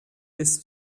des